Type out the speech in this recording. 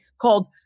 called